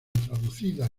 traducida